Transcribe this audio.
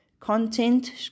Content